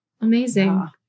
amazing